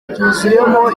byuzuyemo